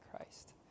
Christ